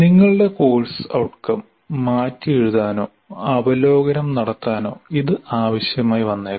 നിങ്ങളുടെ course outcome മാറ്റി എഴുതാനോ അവലോകനം നടത്താനോ ഇത് ആവശ്യമായി വന്നേക്കാം